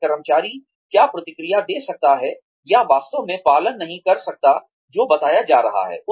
फिर कर्मचारी क्या प्रतिक्रिया दे सकता है या वास्तव में पालन नहीं कर सकता है जो बताया जा रहा है